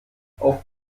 auf